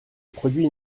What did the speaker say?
produit